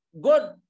God